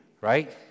right